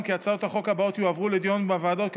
כי הצעות החוק הבאות יועברו לדיון בוועדות,